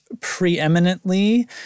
preeminently